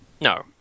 No